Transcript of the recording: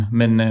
men